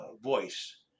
voice